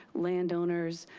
landowners,